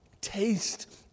taste